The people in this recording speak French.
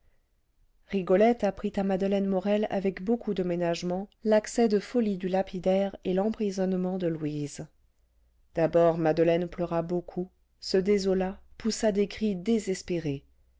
rigolette apprit à madeleine morel avec beaucoup de ménagement l'accès de folie du lapidaire et l'emprisonnement de louise d'abord madeleine pleura beaucoup se désola poussa des cris désespérés